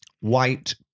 white